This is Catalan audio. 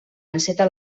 enceta